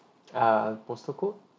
err postal code